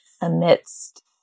amidst